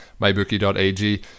mybookie.ag